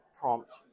prompt